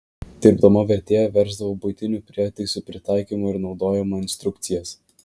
dirbdama vertėja versdavau buitinių prietaisų pritaikymo ir naudojimo instrukcijas